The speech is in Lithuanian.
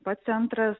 pats centras